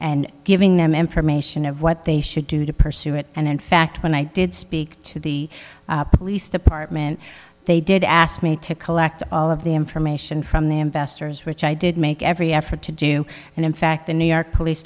and giving them information of what they should do to pursue it and in fact when i did speak to the police department they did ask me to collect all of the information from the investors which i did make every effort to do and in fact the new york police